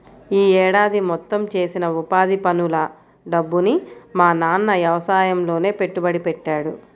యీ ఏడాది మొత్తం చేసిన ఉపాధి పనుల డబ్బుని మా నాన్న యవసాయంలోనే పెట్టుబడి పెట్టాడు